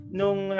nung